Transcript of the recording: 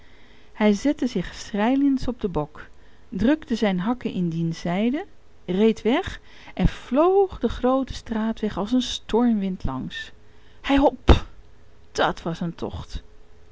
hij zette zich schrijlings op den bok drukte zijn hakken in diens zijden reed weg en vloog den grooten straatweg als een stormwind langs hei hop dat was een tocht